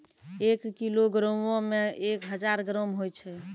एक किलोग्रामो मे एक हजार ग्राम होय छै